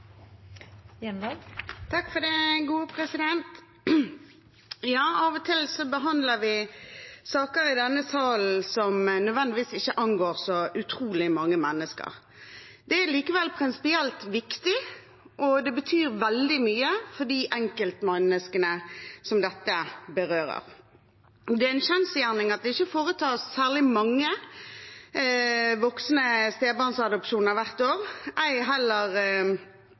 Av og til behandler vi i denne salen saker som ikke nødvendigvis angår så utrolig mange mennesker. Dette er likevel prinsipielt viktig, og det betyr veldig mye for de enkeltmenneskene det berører. Det er en kjensgjerning at det ikke foretas særlig mange voksne stebarnsadopsjoner hvert år, ei heller